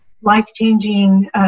life-changing